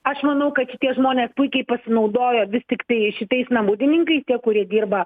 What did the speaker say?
aš manau kad tie žmonės puikiai pasinaudojo vis tik tai šitais namudininkais tie kurie dirba